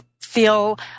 feel